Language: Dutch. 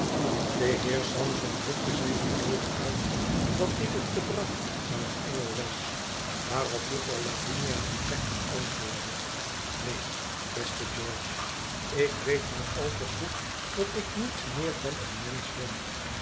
de heer sampson drukte zijn geloof uit dat dit het gedrag van een engel was waarop juffer lavinia hem plechtig antwoordde neen beste george ik weet maar al te goed dat ik niets meer dan een mensch ben